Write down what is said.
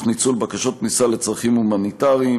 ניצול בקשות כניסה לצרכים המוניטריים,